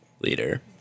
leader